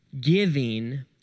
giving